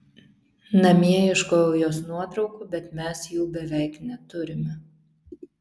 namie ieškojau jos nuotraukų bet mes jų beveik neturime